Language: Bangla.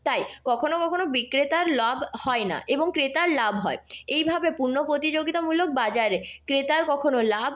তাই কখনো কখনো বিক্রেতার লাভ হয় না এবং ক্রেতার লাভ হয় এইভাবে পূর্ণ প্রতিযোগিতামূলক বাজারে ক্রেতার কখনো লাভ